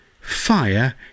Fire